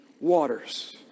waters